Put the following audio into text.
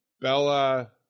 Bella